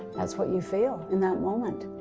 that's what you feel in that moment.